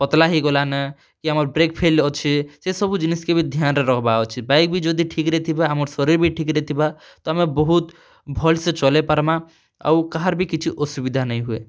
ପତ୍ଲା ହେଇଗଲାନ କି ଆମର୍ ବ୍ରେକ୍ ଫେଲ୍ ଅଛେ ସେ ସବୁ ଜିନିଷ୍ କେ ବି ଧ୍ୟାନ୍ରେ ରଖ୍ବାର୍ ଅଛେ ବାଇକ୍ ବି ଯଦି ଠିକ୍ ରେ ଥିବା ଆମର୍ ଶରୀର୍ ବି ଠିକ୍ ରେ ଥିବା ତ ଆମେ ବହୁତ୍ ଭଲ୍ସେ ଚଲେଇ ପାର୍ମା ଆଉ କାହାର୍ ବି କିଛି ଅସୁବିଧା ନାଇଁ ହୁଏ